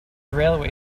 railway